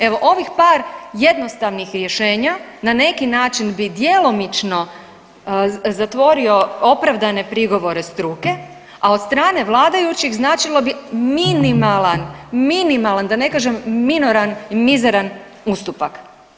Evo ovih par jednostavnih rješenja na neki način bi djelomično zatvorio opravdane prigovore struke, a od strane vladajućih značilo bi minimalan, minimalan, da ne kažem minoran i mizeran ustupak.